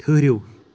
ٹھٕہرِو